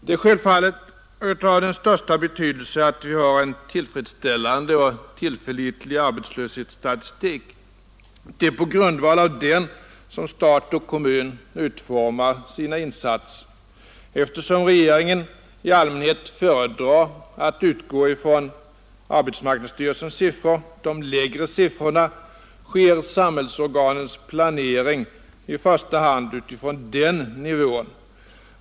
Det är självfallet av den största betydelse att vi har en tillfredsställande och tillförlitlig arbetslöshetsstatistik. Det är på grundval av den som stat och kommun utformar sina insatser. Eftersom regeringen i allmänhet föredrar att utgå från arbetsmarknadsstyrelsens siffror — de lägre siffrorna — sker samhällsorganens planering i första hand utifrån den nivån.